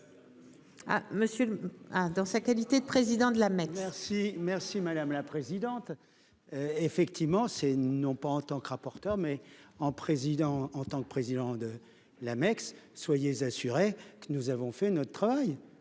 Merci madame la présidente. Effectivement, c'est non pas en tant que rapporteur mais en président en tant que président de l'Amex, soyez assurés que nous avons fait notre travail.